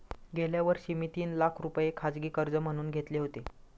गेल्या वर्षी मी तीन लाख रुपये खाजगी कर्ज म्हणून घेतले होते